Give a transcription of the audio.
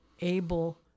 able